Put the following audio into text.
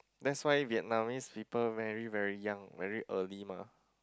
that's why Vietnamese people marry very young very early mah